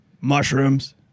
mushrooms